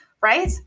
right